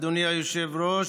אדוני היושב-ראש,